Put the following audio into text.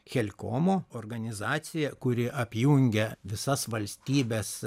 chelkomo organizacija kuri apjungia visas valstybes